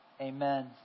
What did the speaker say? Amen